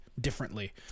differently